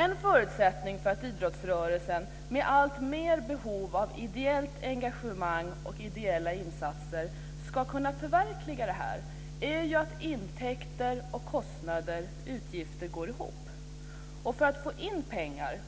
En förutsättning för att idrottsrörelsen med alltmer behov av ideellt engagemang och ideella insatser ska kunna förverkliga det här är att intäkter och kostnader går ihop. Kreativiteten när det gäller att få in pengar